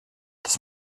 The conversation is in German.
dass